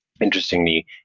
Interestingly